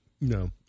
no